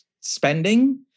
spending